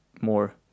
more